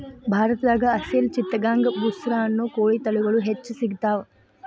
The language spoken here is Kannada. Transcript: ಭಾರತದಾಗ ಅಸೇಲ್ ಚಿತ್ತಗಾಂಗ್ ಬುಸ್ರಾ ಅನ್ನೋ ಕೋಳಿ ತಳಿಗಳು ಹೆಚ್ಚ್ ಸಿಗತಾವ